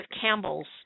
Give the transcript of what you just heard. Campbell's